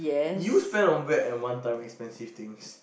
you spend on weird and one time expensive things